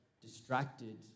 distracted